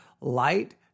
light